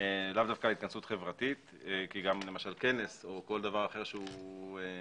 לאו דווקא התכנסות חברתית כי למשל כנס או כל דבר אחר שהוא מקצועי,